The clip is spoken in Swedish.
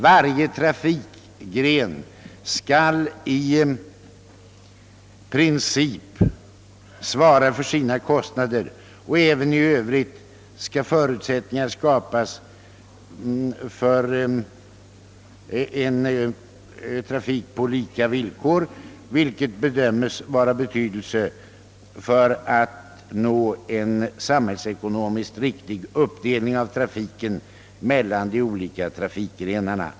Varje trafikgren skall i princip svara för sina kostnader, och även i övrigt skall förutsättningar skapas för en konkurrens på lika villkor, vilket bedömes vara av betydelse för att nå en samhällsekonomiskt riktig uppdelning av trafiken mellan de olika trafikgrenarna.